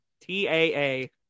T-A-A